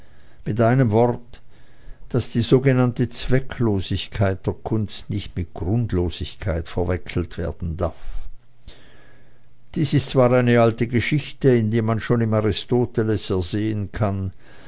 mit einem wort daß die sogenannte zwecklosigkeit der kunst nicht mit grundlosigkeit verwechselt werden darf dies ist zwar eine alte geschichte indem man schon im aristoteles ersehen kann